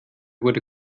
wurde